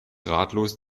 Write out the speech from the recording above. ratlos